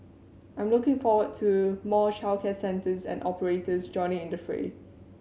I'm looking forward to more childcare centres and operators joining in the fray